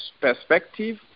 perspective